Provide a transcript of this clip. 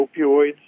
opioids